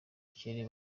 kirere